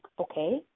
okay